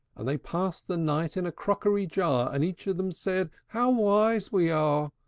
and they passed the night in a crockery-jar and each of them said, how wise we are!